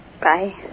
Bye